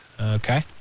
Okay